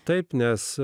taip nes